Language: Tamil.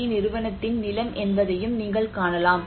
பி நிறுவனத்தின் நிலம் என்பதையும் நீங்கள் காணலாம்